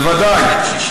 בוודאי.